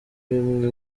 bimwe